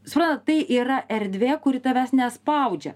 suprantat tai yra erdvė kuri tavęs nespaudžia